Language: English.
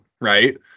right